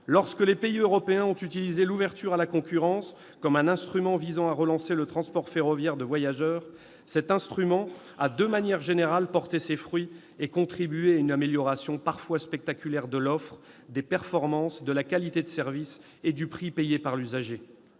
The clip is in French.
Lorsque les pays européens ont utilisé l'ouverture à la concurrence comme un instrument visant à relancer le transport ferroviaire de voyageurs, cet instrument a, de manière générale, porté ses fruits et contribué à une amélioration parfois spectaculaire de l'offre, des performances, de la qualité de service et du prix payé par l'usager.